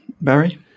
Barry